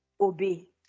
obey